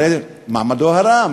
הרי מעמדו רם,